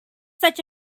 such